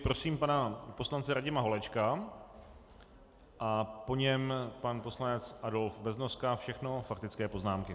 Prosím pana poslance Radima Holečka a po něm pan poslanec Adolf Beznoska, všechno faktické poznámky.